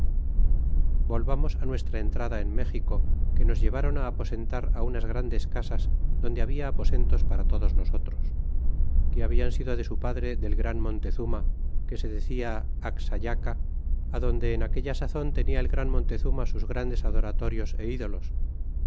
volvamos nuestra entrada en méxico que nos lleváron á aposentar unas grandes casas donde habla aposentos para todos nosotros que hablan sido de su padre del gran montezuma que se decia axayaca adonde en aquella sazon tenia el gran montezuma sus grandes adoratorios de ídolos